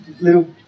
little